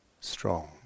strong